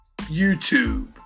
YouTube